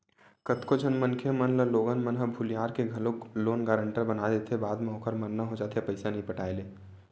कतको झन मनखे मन ल लोगन मन ह भुलियार के घलोक लोन गारेंटर बना देथे बाद म ओखर मरना हो जाथे पइसा नइ पटाय ले